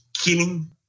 killing